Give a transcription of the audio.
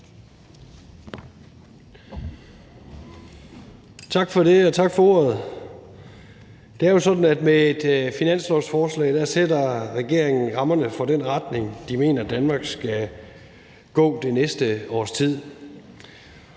Tak for det, og tak for ordet. Det er jo sådan, at med et finanslovsforslag sætter regeringen rammerne for den retning, de mener Danmark skal gå i i det næste års tid.